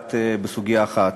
לגעת בסוגיה אחת